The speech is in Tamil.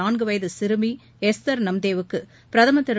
நான்கு வயது சிறமி எஸ்தர் நம்தே வுக்குப் பிரதமர் திரு